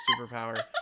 superpower